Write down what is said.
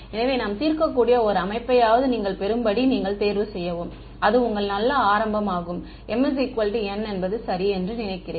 எனவே நாம் தீர்க்கக்கூடிய ஒரு அமைப்பையாவது நீங்கள் பெறும்படி நீங்கள் தேர்வு செய்யவும் அது உங்கள் நல்ல ஆரம்பமாகும் m n என்பது சரி என்று நினைக்கிறேன்